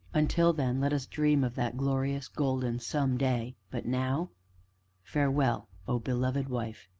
until then, let us dream of that glorious, golden some day, but now farewell, oh, beloved wife!